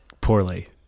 poorly